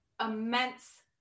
immense